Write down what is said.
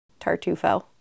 Tartufo